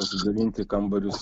pasidalinti kambarius